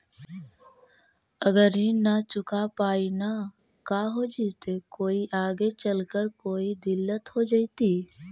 अगर ऋण न चुका पाई न का हो जयती, कोई आगे चलकर कोई दिलत हो जयती?